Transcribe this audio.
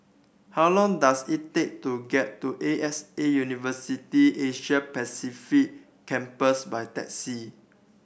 how long does it take to get to A X A University Asia Pacific Campus by taxi